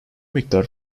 miktar